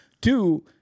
Two